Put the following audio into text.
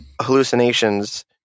hallucinations